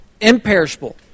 imperishable